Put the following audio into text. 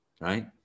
right